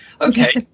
Okay